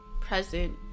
Present